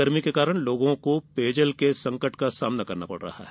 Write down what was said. गर्मी के कारण लोगों को पेयजल संकट का सामना करना पड़ रहा है